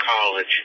college